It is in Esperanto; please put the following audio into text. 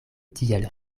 tiel